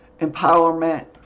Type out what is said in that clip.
empowerment